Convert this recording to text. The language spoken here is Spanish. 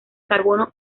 carbono